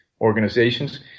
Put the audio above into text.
organizations